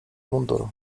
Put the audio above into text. mundur